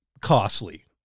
costly